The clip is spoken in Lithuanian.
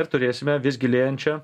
ir turėsime vis gilėjančią